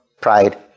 pride